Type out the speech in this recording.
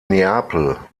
neapel